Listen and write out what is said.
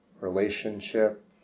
relationship